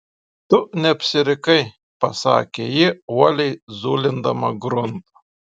tu neapsirikai pasakė ji uoliai zulindama gruntą